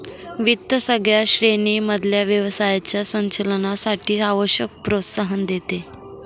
वित्त सगळ्या श्रेणी मधल्या व्यवसायाच्या संचालनासाठी आवश्यक प्रोत्साहन देते